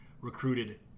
recruited